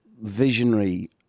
visionary